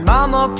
Mama